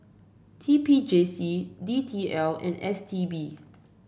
T P J C D T L and S T B